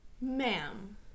Ma'am